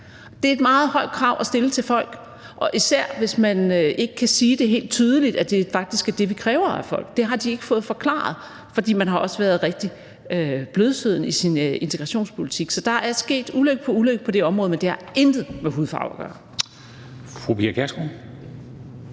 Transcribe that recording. Det er et meget højt krav at stille til folk – og især hvis man ikke kan sige helt tydeligt, at det faktisk er det, vi kræver af folk. Det har de ikke fået forklaret, fordi man også har været rigtig blødsøden i sin integrationspolitik. Så der er sket ulykke på ulykke på det område, men det har intet med hudfarve at gøre. Kl.